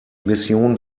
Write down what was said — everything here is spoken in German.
mission